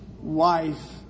wife